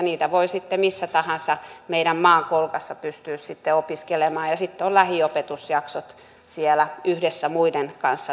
niitä pystyisi missä tahansa meidän maamme kolkassa opiskelemaan ja sitten olisivat lähiopetusjaksot siellä yhdessä muiden kanssa tehtävänä